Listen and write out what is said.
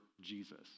Jesus